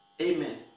Amen